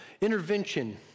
intervention